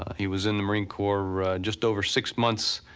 he was in the marine corps just over six months.